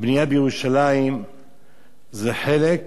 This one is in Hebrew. הבנייה בירושלים זה חלק